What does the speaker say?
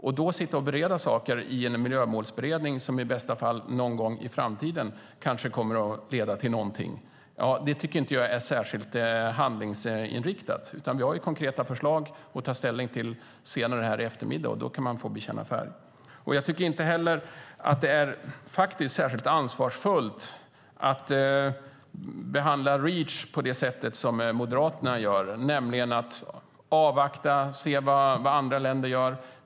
Att då sitta och bereda saker i en miljömålsberedning som i bästa fall någon gång i framtiden kommer att leda till någonting tycker inte jag är särskilt handlingsinriktat. Vi har konkreta förslag att ta ställning till senare här i eftermiddag. Då kan man få bekänna färg. Jag tycker inte heller att det är särskilt ansvarsfullt att behandla Reach på det sätt som Moderaterna gör, nämligen att avvakta och se vad andra länder gör.